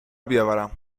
بیاورم